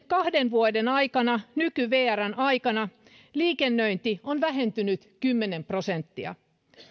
kahden vuoden aikana nyky vrn aikana liikennöinti on vähentynyt kymmenen prosenttia